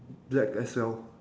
black as well